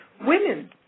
Women